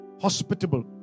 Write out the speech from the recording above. hospitable